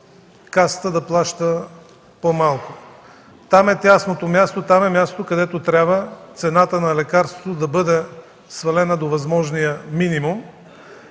Касата да плаща по-малко. Там е тясното място, там е мястото, където цената на лекарството трябва да бъде свалена до възможния минимум.